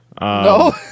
No